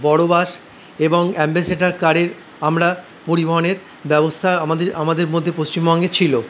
বড়ো বাস এবং অ্যাম্বাসাডার কারে আমরা পরিবহনের ব্যবস্থা আমাদে আমাদের মধ্যে পশ্চিমবঙ্গে ছিল